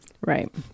Right